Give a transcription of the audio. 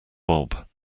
bob